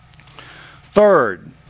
Third